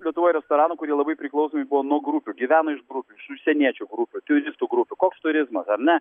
lietuvoj restoranų kurie labai priklausomi buvo nuo grupių gyveno iš grupių iš užsieniečių grupių turistų grupių koks turizmas ar ne